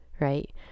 right